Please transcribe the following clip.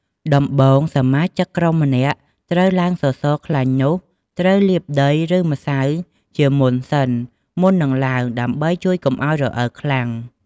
ដំបូងសមាជិកក្រុមម្នាក់ត្រូវឡើងសសរខ្លាញ់នោះត្រូវលាបដីឬម្សៅជាមុនសិនមុននឹងឡើង ដើម្បីជួយកុំអោយរអិលខ្លាំង។